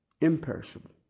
imperishable